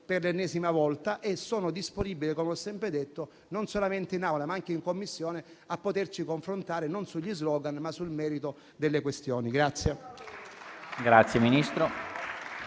per l'ennesima volta e sono disponibile, come ho sempre detto, non solamente in Aula, ma anche in Commissione, a confrontarci, non sugli *slogan*, ma sul merito delle questioni.